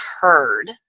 heard